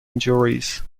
injuries